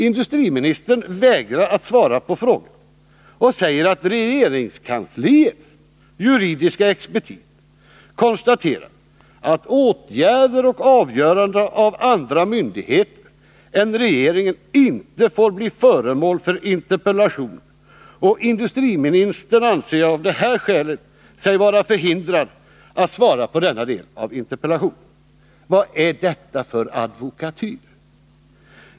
Industriministern vägrar att svara på frågan och säger att regeringskansliets juridiska expertis konstaterat att åtgärder och avgöranden av andra myndigheter än regeringen inte får bli föremål för interpellation. Av det skälet anser sig industriministern vara förhindrad att svara på denna del av interpellationen. Vad är detta för advokatyr?